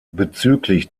bezüglich